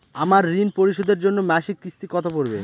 আমার ঋণ পরিশোধের জন্য মাসিক কিস্তি কত পড়বে?